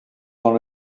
dans